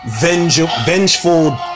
vengeful